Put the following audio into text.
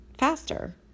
Faster